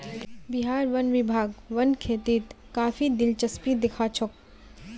बिहार वन विभाग वन खेतीत काफी दिलचस्पी दखा छोक